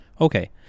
Okay